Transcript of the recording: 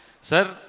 sir